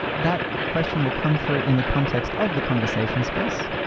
that question will come through in the context of the conversation space.